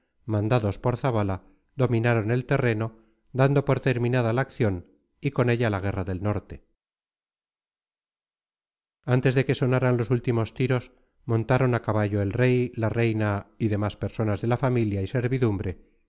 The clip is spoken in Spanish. mandados por zabala dominaron el terreno dando por terminada la acción y con ella la guerra del norte antes de que sonaran los últimos tiros montaron a caballo el rey la reina y demás personas de la familia y servidumbre